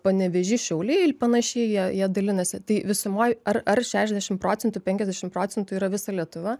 panevėžys šiauliai il panašiai jie jie dalinasi tai visumoj ar ar šešiasdešim procentų penkiasdešim procentų yra visa lietuva